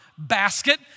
basket